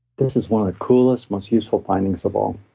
this is one of the coolest, most useful findings of all.